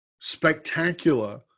spectacular